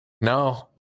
No